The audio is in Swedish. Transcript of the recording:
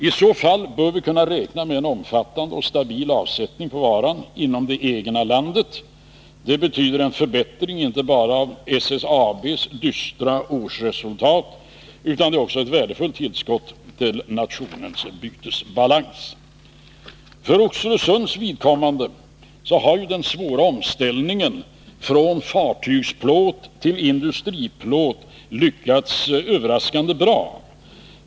I så fall bör vi kunna räkna med en omfattande och stabil avsättning för varan inom det egna landet. Det betyder en förbättring inte bara av SSAB:s dystra årsresultat, utan det är också ett värdefullt tillskott till nationens bytesbalans. För Oxelösunds vidkommande har den svåra omställningen från fartygsplåt till industriplåt lyckats överraskande bra.